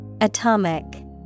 Atomic